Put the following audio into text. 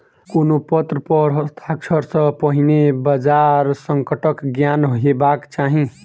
कोनो पत्र पर हस्ताक्षर सॅ पहिने बजार संकटक ज्ञान हेबाक चाही